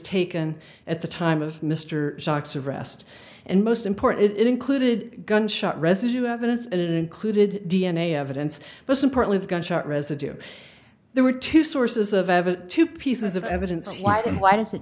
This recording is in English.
taken at the time of mr sachs arrest and most important it included gunshot residue evidence and it included d n a evidence but some partly the gunshot residue there were two sources of every two pieces of evidence why then why does it